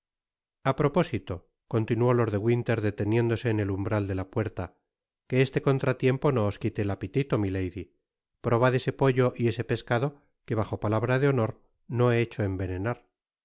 a propósito continuó lord de winter deteniéndole en el umbral de la pnerta que este contratiempo no os quite el apetito milady probad ese pollo y ese pescado que bajo palabra de honor no he hecho envenenar